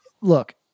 Look